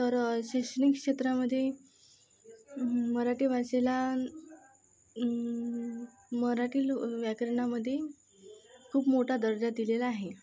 तर शैक्षनिक क्षेत्रामध्ये मराठी भाषेला मराठी लो व्याकरणामध्ये खूप मोठा दर्जा दिलेला आहे